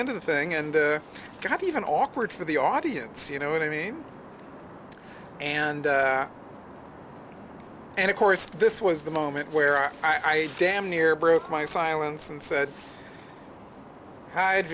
end of the thing and not even awkward for the audience you know what i mean and and of course this was the moment where i damn near broke my silence and said hide